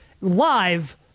live